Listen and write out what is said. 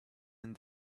and